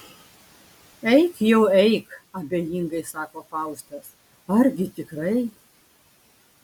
eik jau eik abejingai sako faustas argi tikrai